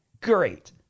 great